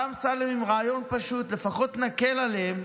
בא אמסלם עם רעיון פשוט: לפחות נקל עליהם,